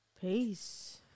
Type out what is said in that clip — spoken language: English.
Peace